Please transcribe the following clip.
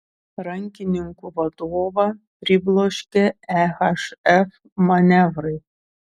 rankininkų vadovą pribloškė ehf manevrai